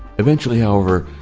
eventually, however,